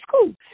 school